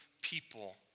people